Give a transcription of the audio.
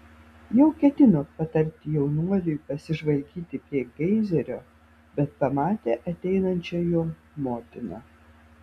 jau ketino patarti jaunuoliui pasižvalgyti prie geizerio bet pamatė ateinančią jo motiną